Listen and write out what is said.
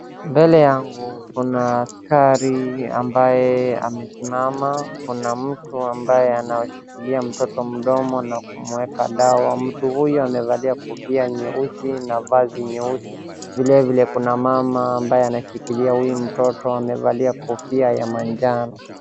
Mbele yangu kuna askari ambaye amesimama. Kuna mtu ambaye anashikilia mtoto mdomo na kumueka dawa. Mtu huyu amevalia kofia nyeusi na vazi nyeusi. Vilevile kuna mama ambaye anashikilia huyu mtoto amevalia kofia ya majano.